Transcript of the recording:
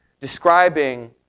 describing